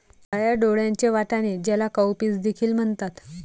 काळ्या डोळ्यांचे वाटाणे, ज्याला काउपीस देखील म्हणतात